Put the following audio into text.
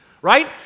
right